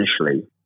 initially